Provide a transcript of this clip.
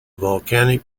volcanic